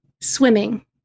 swimming